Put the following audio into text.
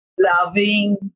loving